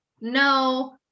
no